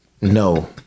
no